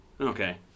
Okay